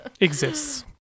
Exists